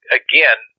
again